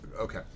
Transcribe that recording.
okay